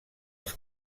els